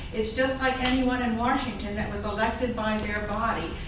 it's just like anyone in washington that was elected by their body.